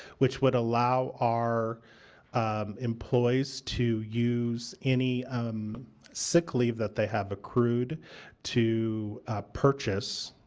which would allow our employees to use any sick leave that they have accrued to purchase,